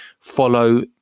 follow